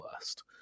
worst